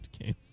games